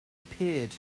appeared